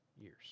years